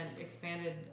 expanded